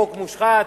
חוק מושחת?